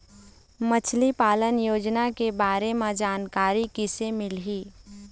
मछली पालन योजना के बारे म जानकारी किसे मिलही?